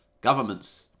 Governments